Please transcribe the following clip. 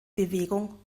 bewegung